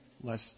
less